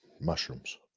Mushrooms